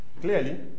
Clearly